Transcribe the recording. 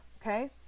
Okay